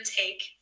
take